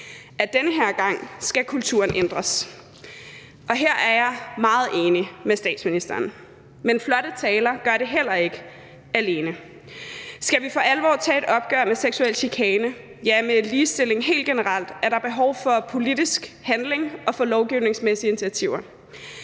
at den her gang skal kulturen ændres. Her er jeg meget enig med statsministeren, men flotte taler gør det heller ikke alene. Skal vi for alvor tage et opgør med seksuel chikane, ja, med den manglende ligestilling helt generelt, er der behov for politisk handling og for lovgivningsmæssige initiativer.